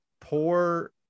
poor